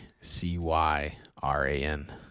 c-y-r-a-n